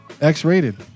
X-rated